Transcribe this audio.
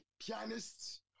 pianists